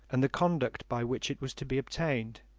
and the conduct by which it was to be obtained.